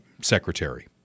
secretary